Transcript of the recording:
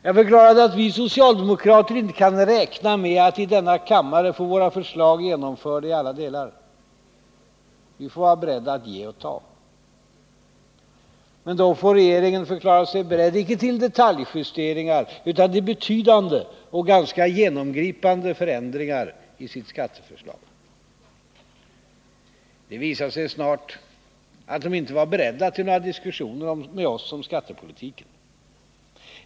Jag förklarade att vi socialdemokrater inte kan räkna med att i denna kammare få våra förslag genomförda i alla delar. ”Vi får vara beredda att ge och ta. Men då får regeringen förklara sig beredd icke till detaljjusteringar utan till betydande och ganska genomgripande förändringar i sitt skatteförslag.” Det visade sig snart att de inte var beredda till några diskussioner med oss om skattepolitiken.